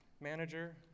Manager